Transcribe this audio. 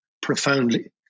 profoundly